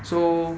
so